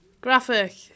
Graphic